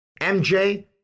MJ